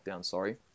sorry